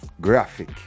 graphic